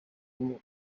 uwo